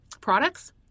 products